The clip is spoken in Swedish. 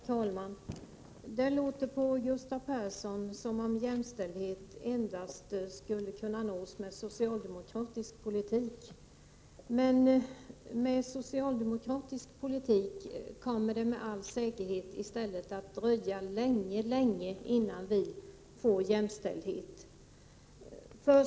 Herr talman! Det låter på Gustav Persson som om jämställdhet endast skulle kunna nås med en socialdemokratisk politik. Men med en socialdemokratisk politik kommer det med all säkerhet i stället att dröja mycket länge innan vi får jämställdhet.